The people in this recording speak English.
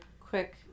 quick